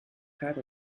had